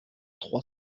trois